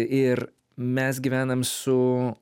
ir mes gyvenam su